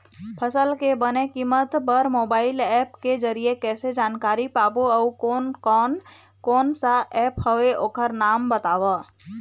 फसल के बने कीमत बर मोबाइल ऐप के जरिए कैसे जानकारी पाबो अउ कोन कौन कोन सा ऐप हवे ओकर नाम बताव?